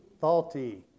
faulty